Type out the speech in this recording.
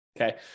okay